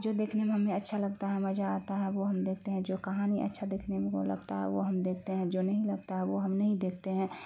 جو دیکھنے میں ہمیں اچھا لگتا ہے مجہ آتا ہے وہ ہم دیکتے ہیں جو کہانی اچھا دکھنے میں وہ لگتا ہے وہ ہم دیکھتے ہیں جو نہیں لگتا ہے وہ ہم نہیں دیکھتے ہیں